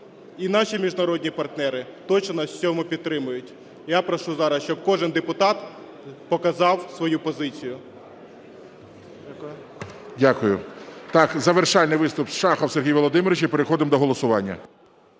І наші міжнародні партнери точно нас в цьому підтримають. Я прошу зараз, щоб кожен депутат показав свою позицію. ГОЛОВУЮЧИЙ. Дякую. Так, завершальний виступ – Шахов Сергій Володимирович, і переходимо до голосування.